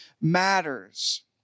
matters